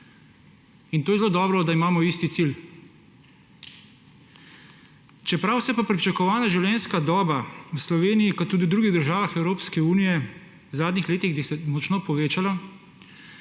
zakone. Zelo dobro je, da imamo isti cilj. Čeprav se je pričakovana življenjska doba v Sloveniji in tudi v drugih državah Evropske unije v zadnjih letih močno povečala,